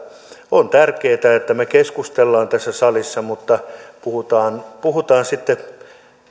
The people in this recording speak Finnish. on tärkeätä että me keskustelemme tässä salissa mutta puhutaan puhutaan sitten